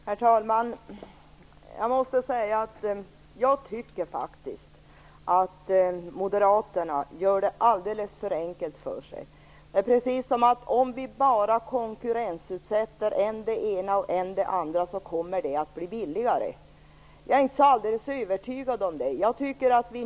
Herr talman! Jag tycker faktiskt att Moderaterna gör det alldeles för enkelt för sig. Det är precis som att om vi bara konkurrensutsätter än det ena och än det andra så kommer det att bli billigare. Jag är inte så alldeles övertygad om att det är så.